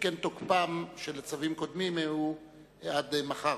שכן תוקפם של צווים קודמים הוא עד מחר,